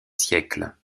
siècles